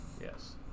Yes